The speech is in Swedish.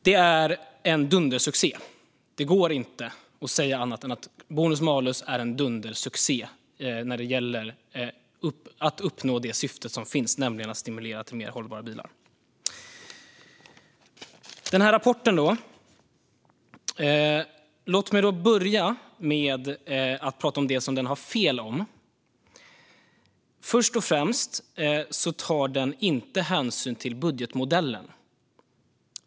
Det går alltså inte att säga annat än att bonus-malus är en dundersuccé när det gäller att uppnå det syfte som finns, nämligen att stimulera till mer hållbara bilar. Jag går sedan över till rapporten. Låt mig börja med att prata om det som den har fel om. För det första tar den inte hänsyn till budgetmodellen.